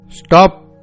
Stop